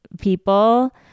people